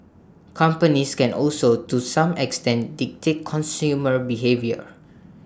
companies can also to some extent dictate consumer behaviour